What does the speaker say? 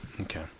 Okay